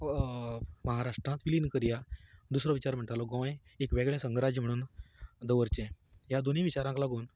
म्हाराष्ट्रांत विलीन करया दुसरो विचार म्हणटालो गोंय एक वेगळें संगराज्य म्हणून दवरचें ह्या दोनूय विचारांक लागून